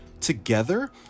Together